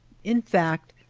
in fact,